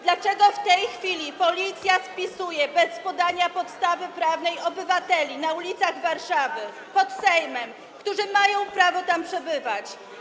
Dlaczego w tej chwili policja spisuje bez podania podstawy prawnej obywateli na ulicach Warszawy, pod Sejmem, którzy mają prawo tam przebywać?